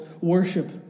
worship